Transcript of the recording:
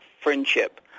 friendship